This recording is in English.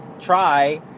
try